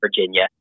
Virginia